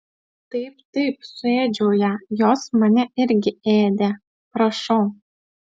taip taip suėdžiau ją jos mane irgi ėdė prašau